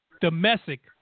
domestic